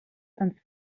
ens